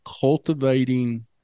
cultivating